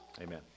Amen